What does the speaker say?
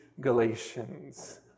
Galatians